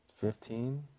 Fifteen